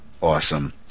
awesome